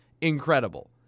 incredible